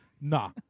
Nah